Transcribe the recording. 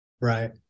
Right